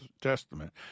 Testament